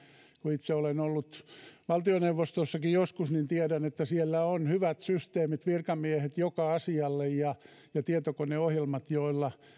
kun itse olen ollut valtioneuvostossakin joskus niin tiedän että siellä on hyvät systeemit virkamiehet joka asialle ja ja tietokoneohjelmat joilla